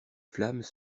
flammes